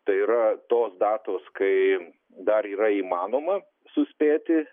tai yra tos datos kai dar yra įmanoma suspėti